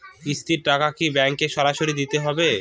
কিস্তির টাকা কি ব্যাঙ্কে সরাসরি দিতে হবে?